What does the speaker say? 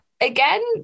Again